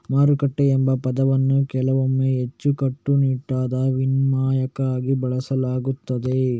ಮಾರುಕಟ್ಟೆ ಎಂಬ ಪದವನ್ನು ಕೆಲವೊಮ್ಮೆ ಹೆಚ್ಚು ಕಟ್ಟುನಿಟ್ಟಾದ ವಿನಿಮಯಕ್ಕಾಗಿ ಬಳಸಲಾಗುತ್ತದೆ